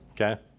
Okay